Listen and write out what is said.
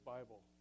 Bible